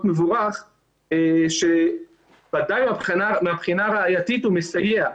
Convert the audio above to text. מבורך ודאי מהבחינה הראייתית הוא מסייע.